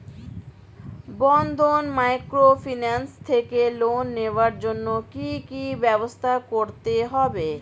বন্ধন microfinance থেকে loan নেওয়ার জন্য কি কি ব্যবস্থা করতে হবে?